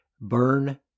Burn